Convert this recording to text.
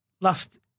last